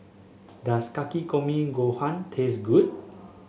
does Takikomi Gohan taste good